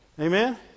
Amen